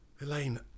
Elaine